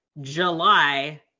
July